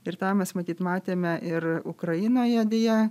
ir tą mes matyt matėme ir ukrainoje deja